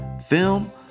film